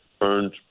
earned